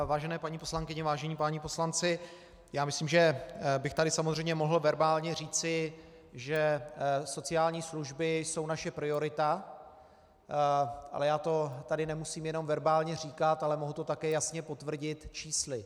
Vážené paní poslankyně, vážení páni poslanci, já myslím, že bych tady samozřejmě mohl verbálně říci, že sociální služby jsou naše priorita, ale já to tady nemusím jenom verbálně říkat, ale mohu to také jasně potvrdit čísly.